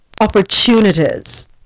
opportunities